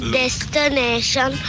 destination